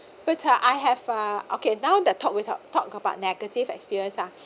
but I have uh okay now the talk without talk about negative experience ah